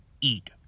eat